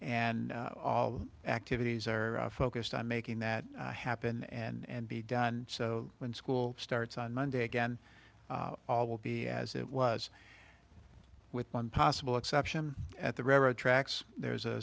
and all activities are focused on making that happen and be done so when school starts on monday again all will be as it was with one possible exception at the railroad tracks there's a